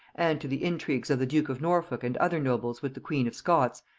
and to the intrigues of the duke of norfolk and other nobles with the queen of scots,